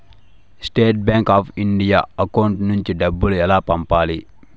State bank of India account నుంచి డబ్బులు ఎలా పంపాలి?